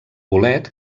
bolet